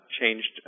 changed